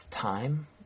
time